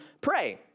pray